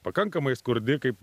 pakankamai skurdi kaip